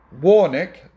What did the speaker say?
Warnick